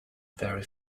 very